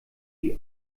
die